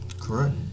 Correct